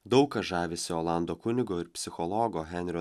daug kas žavisi olando kunigo ir psichologo henrio